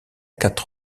quatre